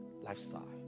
lifestyle